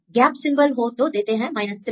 gap symbol हो तो देते हैं 3